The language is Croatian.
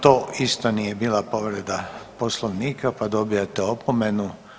To isto nije bila povreda Poslovnika pa dobijate opomenu.